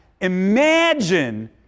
imagine